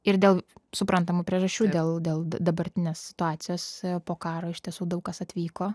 ir dėl suprantamų priežasčių dėl dėl dabartinės situacijos po karo iš tiesų daug kas atvyko